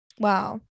Wow